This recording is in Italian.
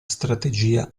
strategia